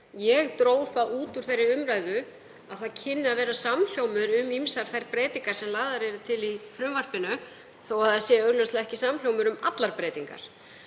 Ég dró það út úr þeirri umræðu að það kynni að vera samhljómur um ýmsar þær breytingar sem lagðar eru til í frumvarpinu þó að það sé augljóslega ekki samhljómur um allar breytingar.